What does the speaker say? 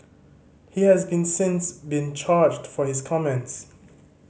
he has been since been charged for his comments